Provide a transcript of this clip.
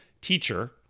teacher